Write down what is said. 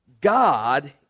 God